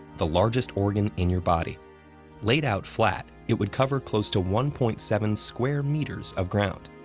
the largest organ in your body laid out flat, it would cover close to one point seven square meters of ground.